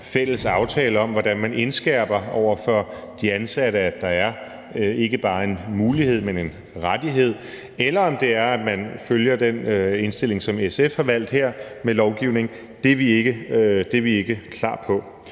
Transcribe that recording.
fælles aftale om, hvordan man over for de ansatte indskærper, at der ikke bare er en mulighed, men en rettighed, eller om det er, at man følger den indstilling, som SF har valgt her, med lovgivning, er vi ikke klar på.